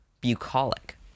Bucolic